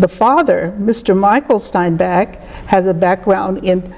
but father mr michael steinback has a background in